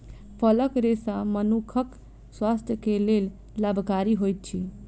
फलक रेशा मनुखक स्वास्थ्य के लेल लाभकारी होइत अछि